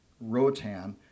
Rotan